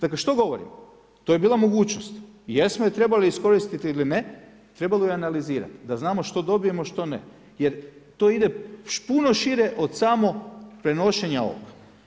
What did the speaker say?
Dakle što govorim to je bila mogućnost i jesmo je trebali iskoristiti ili ne, trebalo bi analizirati da znamo što dobijemo, a što ne jer to ide puno šire od samog prenošenja ovog.